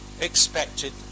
expected